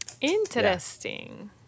Interesting